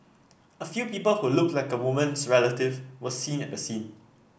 a few people who looked like the woman's relative were seen at the scene